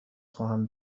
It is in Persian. خواهم